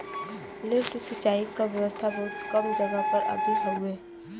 lift सिंचाई क व्यवस्था बहुत कम जगह पर अभी हउवे